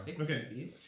Okay